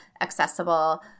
accessible